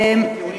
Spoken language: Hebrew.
לא,